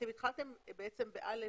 אתם התחלתם ב-(א)